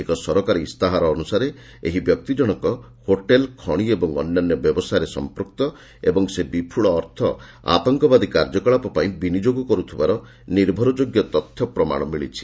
ଏକ ସରକାରୀ ଇସ୍ତାହାର ଅନୁସାରେ ଏହି ବ୍ୟକ୍ତିଜଣଙ୍କ ହୋଟେଲ୍ ଖଣି ଓ ଅନ୍ୟାନ୍ୟ ବ୍ୟବସାୟରେ ସଂପୃକ୍ତ ଏବଂ ସେ ବିପୁଳ ଅର୍ଥ ଆତଙ୍କବାଦୀ କାର୍ଯ୍ୟକଳାପ ପାଇଁ ବିନିଯୋଗ କରୁଥିବାର ନିର୍ଭରଯୋଗ୍ୟ ତଥ୍ୟ ପ୍ରମାଣ ମିଳିଛି